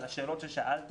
על השאלות ששאלתם,